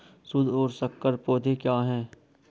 शुद्ध और संकर पौधे क्या हैं?